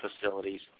facilities